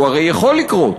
שהרי הוא יכול לקרות,